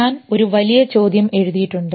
ഞാൻ ഒരു വലിയ ചോദ്യം എഴുതിയിട്ടുണ്ട്